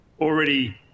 already